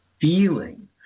feeling